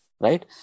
right